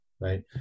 right